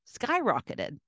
skyrocketed